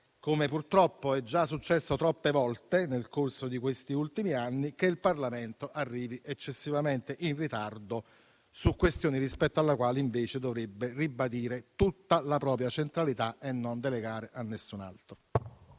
come purtroppo è già accaduto troppe volte nel corso di questi ultimi anni, che il Parlamento arrivi eccessivamente in ritardo su questioni rispetto alle quali invece dovrebbe ribadire tutta la propria centralità e non delegare a nessun altro.